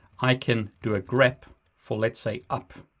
i can do a grep for let's say up.